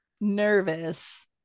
nervous